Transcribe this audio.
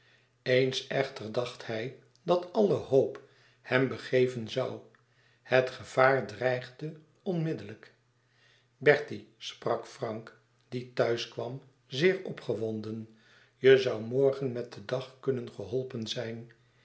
eens echter dacht hij dat alle hoop hem begeven zoû het gevaar dreigde onmiddellijk bertie sprak frank die thuis kwam zeer opgewonden je zoû morgen met den dag kunnen geholpen zijn